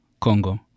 Congo